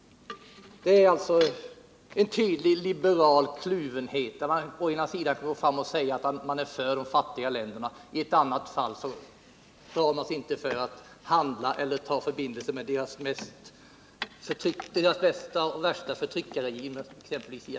Det är ett typiskt uttryck för liberal kluvenhet. Å ena sidan säger man att man är för de fattiga länderna. Å andra sidan drar man sig inte för att handla med eller ha förbindelse med de värsta förtryckarregimerna i dessa, exempelvis med den i Argentina.